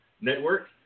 Network